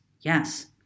Yes